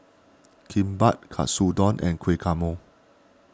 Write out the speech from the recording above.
Kimbap Katsu Don and Guacamole